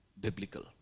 biblical